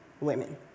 women